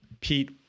Pete